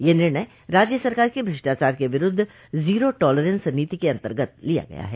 यह निर्णय राज्य सरकार की भ्रष्टाचार के विरूद्ध जीरो टॉलरेंस नीति के अन्तर्गत लिया गया है